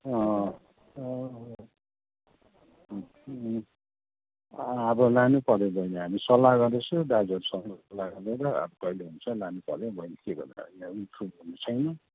अँ अँ अँ अब लानुपऱ्यो बैनी हामी सल्लाह गर्दैछु दाजुहरूसँग सल्लाह गरेर अब कहिले हुन्छ लानुपऱ्यो बैनी के गर्नु अब यहाँ पनि छैन